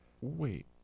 Wait